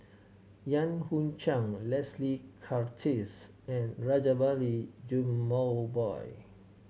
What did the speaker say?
Yan Hui Chang Leslie Charteris and Rajabali Jumabhoy